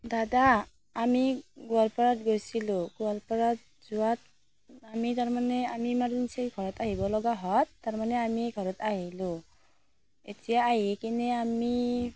দাদা আমি গোৱালপাৰাত গৈছিলোঁ গোৱালপাৰাত যোৱাত আমি তাৰ মানে আমি ইমাজেঞ্চি ঘৰত আহিব লগা হোৱাত তাৰ মানে আমি ঘৰত আহিলোঁ এতিয়া আহিকেনে আমি